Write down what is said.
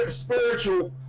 spiritual